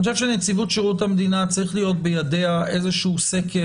אני חושב שצריך להיות בידיה של נציבות שירות המדינה איזשהו סקר,